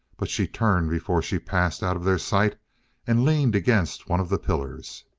but she turned before she passed out of their sight and leaned against one of the pillars.